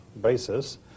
basis